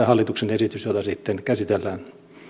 hallituksen esitys jota sitten käsitellään